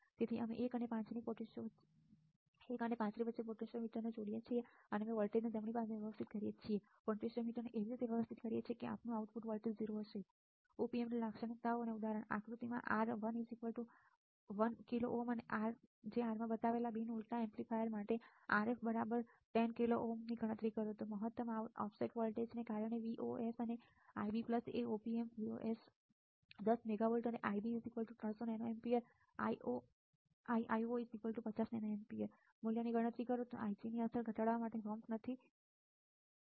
તેથી અમે 1 અને 5 ની વચ્ચે પોટેન્શિઓમીટર જોડીએ છીએ અને અમે વોલ્ટેજને જમણી બાજુએ વ્યવસ્થિત કરીએ છીએ પોટેન્શિઓમીટરને એવી રીતે વ્યવસ્થિત કરીએ છીએ કે આપણું આઉટપુટ વોલ્ટેજ 0 હશે Op amp લાક્ષણિકતાઓ ઉદાહરણ a આકૃતિ R1 1 kΩ અને R માં બતાવેલ બિન ઉલટા એમ્પ્લીફર માટેRf 10 kΩ ની ગણતરી કરો મહત્તમ આઉટપુટ ઓફસેટ વોલ્ટેજ ને કારણે Vos અને Ib એ op amp Vos 10 mV અને Ib 300 nA Iio 50 nA b મૂલ્યની ગણતરી કરો Ig ની અસર ઘટાડવા માટે Romp નથી જરૂર છે